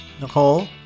Nicole